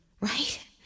right